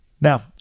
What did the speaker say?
Now